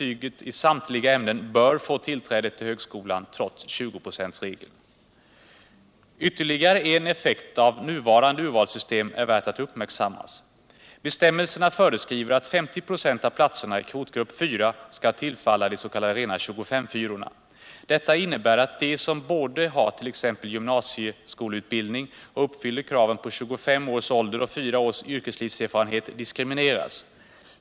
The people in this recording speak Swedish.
Ytterligare en effekt av nuvarande urvalssystem är värd att uppmärksammas. Bestämmelsen föreskriver att 50 96 av platserna i kvotgrupp 4 skall tillfalla de s.k. rena 25:4-orna. Detta innebär att de som både har t.ex. gymnasieskoleutbildning och uppfyller kraven på 25 års ålder och fyra års yrkeslivserfarenhet diskrimineras.